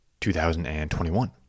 2021